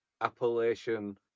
appellation